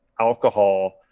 alcohol